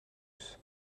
tous